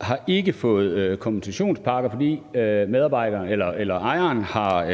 har fået kompensationspakker, fordi ejeren har